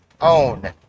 own